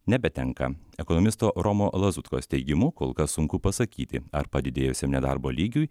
nebetenka ekonomisto romo lazutkos teigimu kol kas sunku pasakyti ar padidėjusiam nedarbo lygiui